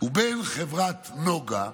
וחברת "נגה",